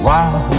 Wow